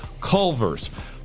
Culver's